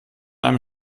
einem